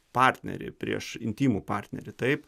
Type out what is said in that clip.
partnerį prieš intymų partnerį taip